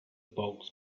bog